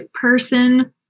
person